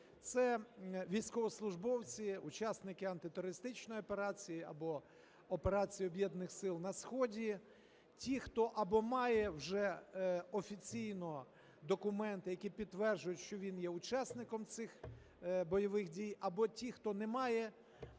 це військовослужбовці, учасники антитерористичної операції або операції Об'єднаних сил на сході, ті, хто або має вже офіційно документи, які підтверджують, що він є учасником цих бойових дій, або ті, хто не має.